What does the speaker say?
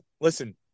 listen –